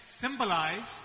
symbolize